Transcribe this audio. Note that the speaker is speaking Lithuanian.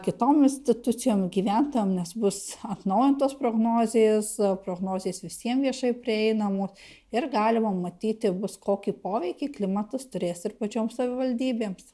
kitom institucijom gyventojam nes bus atnaujintos prognozės prognozės visiem viešai prieinamos ir galima matyti bus kokį poveikį klimatas turės ir pačioms savivaldybėms